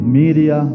media